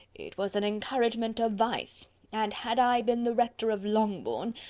it was an encouragement of vice and had i been the rector of longbourn,